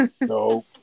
No